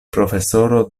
profesoro